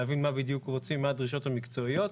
להבין מה בדיוק רוצים, מה הדרישות המקצועיות.